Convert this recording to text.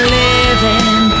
living